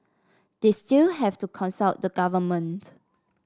they still have to consult the government